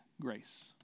grace